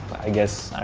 i guess.